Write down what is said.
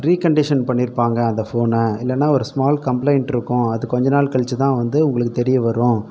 recondition பண்ணியிருப்பாங்க அந்த ஃபோனை இல்லைன்னா ஒரு சுமால் கம்பளைண்ட் இருக்கும் அது கொஞ்ச நாள் கழித்து தான் வந்து உங்களுக்குத் தெரிய வரும்